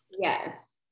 Yes